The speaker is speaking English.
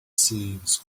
seems